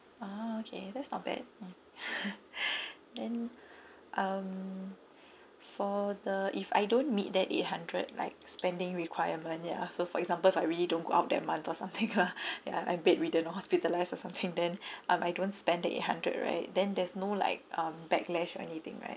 uh okay that's not bad mm then um for the if I don't meet that eight hundred like spending requirement ya so for example if I really don't go out that month for something lah ya I'm bedridden or hospitalised or something then um I don't spend the eight hundred right then there's no like um backlash or anything right